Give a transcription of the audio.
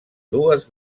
dues